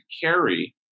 carry